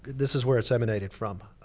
this is where it's emanated from.